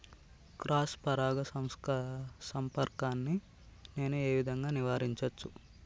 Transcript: Cross పరాగ సంపర్కాన్ని నేను ఏ విధంగా నివారించచ్చు?